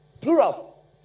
Plural